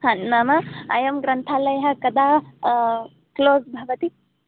हा नाम अयं ग्रन्थालयः कदा क्लोस् भवति